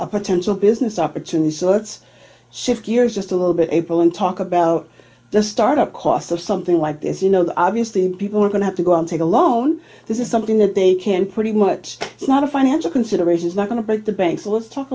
a potential business opportunity so let's shift gears just a little bit april and talk about the start up costs or something like this you know obviously and people are going to have to go and take a loan this is something that they can pretty much it's not a financial considerations not going to break the bank so let's talk